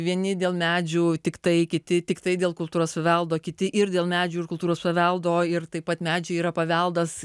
vieni dėl medžių tiktai kiti tiktai dėl kultūros paveldo kiti ir dėl medžių ir kultūros paveldo ir taip pat medžiai yra paveldas